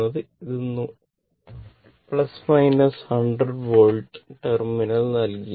ഇത് 100 volt terminal നൽകിയിരിക്കുന്നു